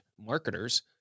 marketers